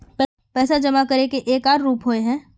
पैसा जमा करे के एक आर रूप होय है?